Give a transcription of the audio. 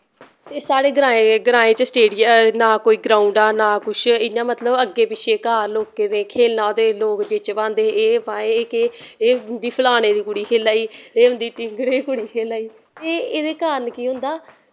ते साढ़े ग्राएं ग्राएं च स्टेड ना कोई ग्राऊंड़ा ना कुछ इ'यां मतलव अग्गे पिच्छे घर लोकें दे खेलना ते लोक जेच्च पौंदे एह् माए एह् केह् एह् उंदी फलाने दी कुड़ी खेल्ला दी एह् उंदी टिंगरें दी कुड़ी खेल्ला दी ते एह्दे कारण केह् होंदा